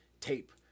tape